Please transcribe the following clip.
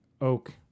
oak